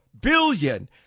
billion